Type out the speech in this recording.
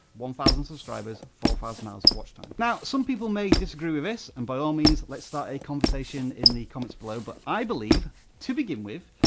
one thousand subscribers, four thousand hours of watch time. now, some people may disagree with this, and by all means, let's start a conversation in the comments below. but i believe, to begin with,